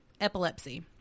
epilepsy